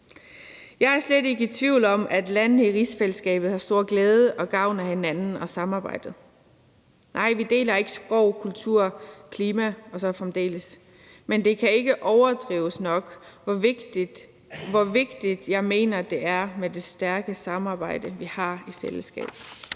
Jeg er slet ikke tvivl om, at landene i rigsfællesskabet har stor glæde og gavn af hinanden og samarbejdet. Nej, vi deler ikke sprog, kultur, klima og så fremdeles, men det kan ikke overdrives nok, hvor vigtigt jeg mener, det er med det stærke samarbejde, vi har i fællesskabet.